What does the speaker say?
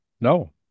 no